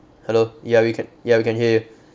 hello ya we can ya we can hear you